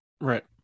Right